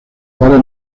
para